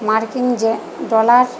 মার্কিন ডলার